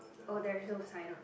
oh there is no sign ah